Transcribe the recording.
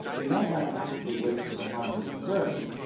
we don't wanna actually wait til the harm has occurred,